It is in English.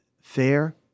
fair